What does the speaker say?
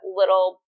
little